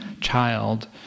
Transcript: child